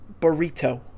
burrito